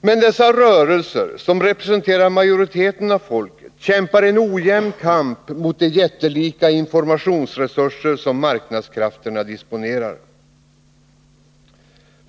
Men dessa rörelser, som representerar majoriteten av folket, kämpar en ojämn kamp mot de jättelika informationsresurser som marknadskrafterna disponerar.